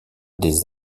des